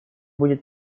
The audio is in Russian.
будет